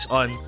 on